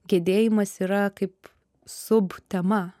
gedėjimas yra kaip sub tema